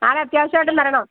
നാളെ അത്യാവശ്യമായിട്ടും വരണം